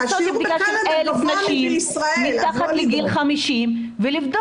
לעשות בדיקה של 1,000 נשים מתחת לגיל 50 ולבדוק,